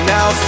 Now